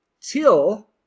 till